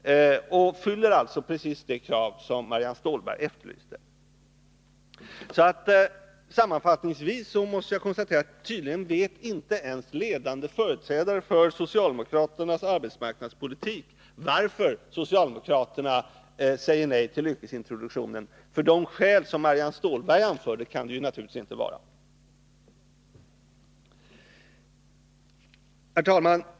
Den uppfyller alltså precis de krav som Marianne Stålberg efterlyste. Sammanfattningsvis måste jag konstatera att tydligen inte ens ledande företrädare för socialdemokraternas arbetsmarknadspolitik vet varför socialdemokraterna säger nej till yrkesintroduktionen, för de skäl som Marianne Stålberg anförde kan det naturligtvis inte vara. Herr talman!